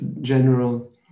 general